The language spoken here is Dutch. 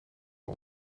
een